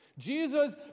Jesus